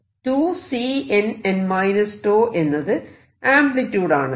2Cnn τ എന്നത് amplitude ആണല്ലോ